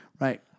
right